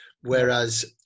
Whereas